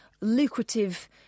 lucrative